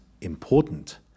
important